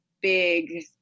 big